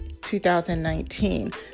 2019